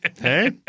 hey